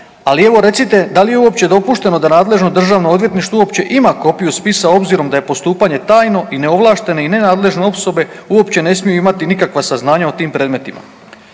ali evo recite da li je uopće dopušteno da nadležno državno odvjetništvo uopće ima kopiju spisa obzirom da je postupanje tajno i neovlašteno i nenadležne osobe uopće ne smiju imati nikakva saznanja o tim predmetima?